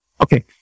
Okay